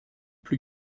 plus